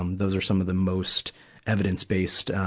um those are some of the most evidence-based, um,